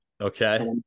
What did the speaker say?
Okay